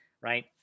right